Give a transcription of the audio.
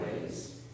ways